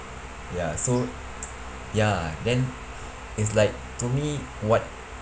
ya so ya then it's like to me what